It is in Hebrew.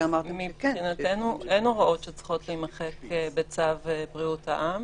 מבחינתנו אין הוראות שצריכות להימחק בצו בריאות העם.